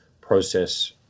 process